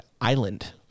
island